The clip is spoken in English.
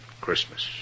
Christmas